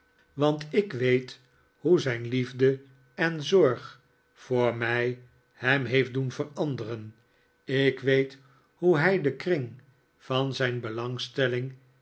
want ik weet hoe zijn liefde en zorg voor mij hem heeft doen veranderen ik weet hoe hij den kring van zijn belangstelling